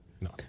No